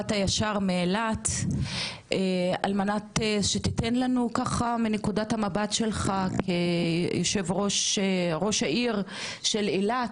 באת ישר מאילת על מנת שתיתן לנו ככה מנקודת המבט שלך כראש העיר של אילת,